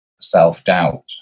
self-doubt